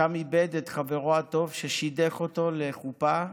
שם איבד את חברו הטוב ששידך אותו לחופה,